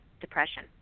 depression